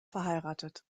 verheiratet